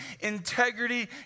Integrity